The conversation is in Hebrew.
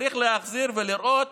צריך להחזיר ולראות